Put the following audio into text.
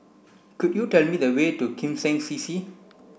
could you tell me the way to Kim Seng C C